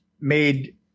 made